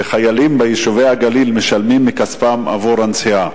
וחיילים ביישובי הגליל משלמים מכספם על הנסיעה.